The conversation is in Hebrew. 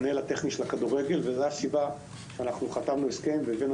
המנהל הטכני של הכדורגל שחתמנו הסכם והבאנו